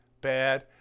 Bad